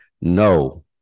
No